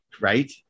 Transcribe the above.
Right